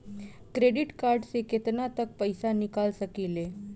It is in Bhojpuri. क्रेडिट कार्ड से केतना तक पइसा निकाल सकिले?